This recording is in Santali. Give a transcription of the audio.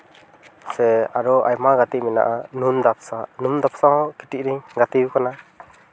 ᱥᱮ ᱟᱨᱚ ᱟᱭᱢᱟ ᱜᱟᱛᱮ ᱢᱮᱱᱟᱜᱼᱟ ᱤᱢᱟᱹᱱ ᱫᱷᱟᱯᱥᱟ ᱤᱢᱟᱹᱱ ᱫᱷᱟᱯᱥᱟ ᱦᱚᱸ ᱠᱟᱹᱴᱤᱡ ᱨᱤᱧ ᱜᱟᱛᱮᱣ ᱠᱟᱱᱟ